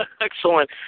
Excellent